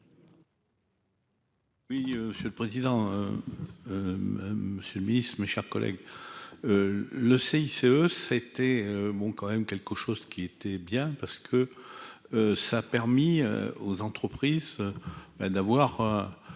Oui, c'est le président, monsieur le Ministre, mes chers collègues, le CICE, c'était bon quand même quelque chose qui était bien parce que ça a permis aux entreprises d'avoir